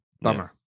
Bummer